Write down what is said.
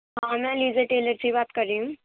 Monalisa tailor سے بات کر رہی ہوں